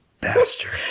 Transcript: bastard